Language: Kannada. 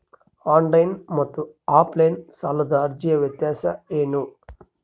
ಆನ್ಲೈನ್ ಮತ್ತು ಆಫ್ಲೈನ್ ಸಾಲದ ಅರ್ಜಿಯ ವ್ಯತ್ಯಾಸ ಏನು?